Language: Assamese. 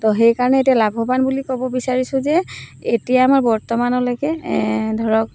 তো সেইকাৰণে এতিয়া লাভৱান বুলি ক'ব বিচাৰিছোঁ যে এতিয়া আমাৰ বৰ্তমানলৈকে ধৰক